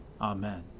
Amen